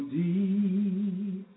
deep